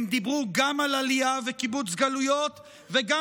הם דיברו גם על עלייה וקיבוץ גלויות וגם